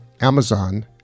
Amazon